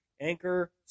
Anchor